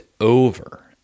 over